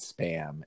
spam